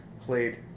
Played